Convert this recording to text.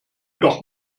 doch